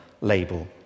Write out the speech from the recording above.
label